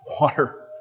water